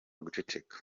guceceka